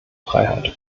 freiheit